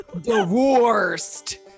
divorced